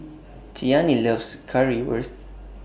Cheyanne loves Currywurst